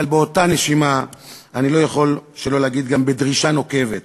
אבל באותה נשימה אני לא יכול שלא להגיד גם בדרישה נוקבת,